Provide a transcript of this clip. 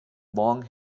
long